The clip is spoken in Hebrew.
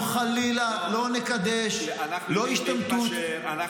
אנחנו חלילה לא נקדש לא השתמטות --- אנחנו